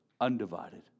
undivided